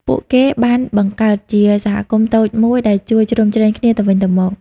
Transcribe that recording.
ពួកគេបានបង្កើតជាសហគមន៍តូចមួយដែលជួយជ្រោមជ្រែងគ្នាទៅវិញទៅមក។